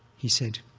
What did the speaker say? he said,